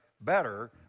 better